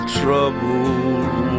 troubled